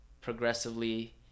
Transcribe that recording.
Progressively